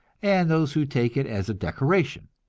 and those who take it as a decoration,